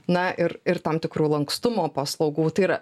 na ir ir tam tikrų lankstumo paslaugų tai yra